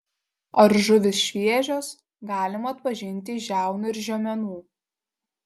ar žuvys šviežios galima atpažinti iš žiaunų ir žiomenų